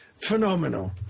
phenomenal